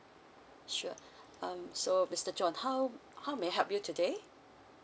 sure um so mister john how um how may I help you today